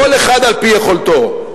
כל אחד על-פי יכולתו,